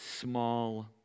small